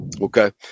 okay